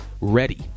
ready